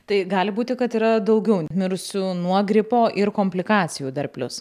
tai gali būti kad yra daugiau mirusių nuo gripo ir komplikacijų dar plius